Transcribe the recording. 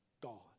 gone